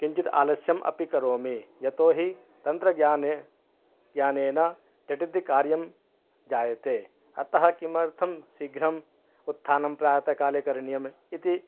किञ्चित् आलस्यम् अपि करोमि यतो हि तन्त्रज्ञाने ज्ञानेन झटितिकार्यं जायते अतः किमर्थं शीघ्रम् उत्थानं प्रातःकाले करणीयम् इति